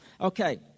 Okay